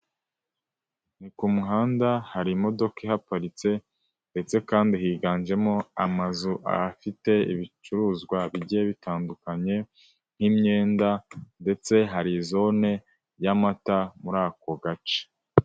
Ni ku muhanda hari imodoka ihaparitse ndetse kandi higanjemo amazu aho afite ibicuruzwa bigiye bitandukanye, nk'imyenda ndetse hari zone y'amata muri ako gace.